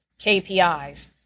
KPIs